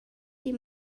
die